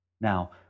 Now